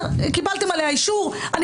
קיבלתם עליה אישור.